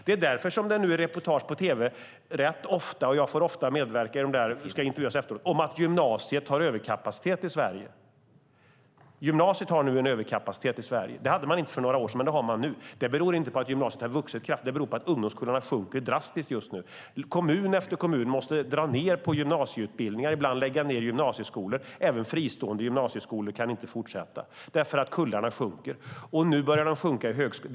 Det är därför som det nu är reportage på tv rätt ofta, där jag ofta får medverka och bli intervjuad, om att gymnasiet i Sverige har överkapacitet. Det hade man inte för några år sedan, men det har man nu. Det beror inte på att gymnasiet har vuxit kraftigt, utan det beror på att ungdomskullarna minskar drastiskt just nu. Kommun efter kommun måste dra ned på gymnasieutbildningar och ibland lägga ned gymnasieskolor. Inte heller fristående gymnasieskolor kan fortsätta därför att kullarna minskar. Nu börjar de minska även i högskolan.